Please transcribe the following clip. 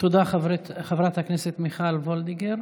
תודה, חברת הכנסת מיכל וולדיגר.